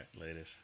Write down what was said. Ladies